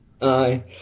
Aye